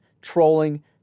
trolling